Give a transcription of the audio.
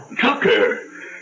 Tucker